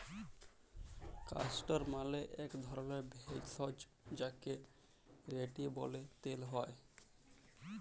castor মালে এক ধরলের ভেষজ যাকে রেড়ি ব্যলে তেল হ্যয়